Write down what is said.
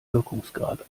wirkungsgrad